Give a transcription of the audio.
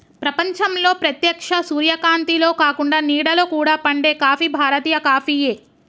ప్రపంచంలో ప్రేత్యక్ష సూర్యకాంతిలో కాకుండ నీడలో కూడా పండే కాఫీ భారతీయ కాఫీయే